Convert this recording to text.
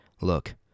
look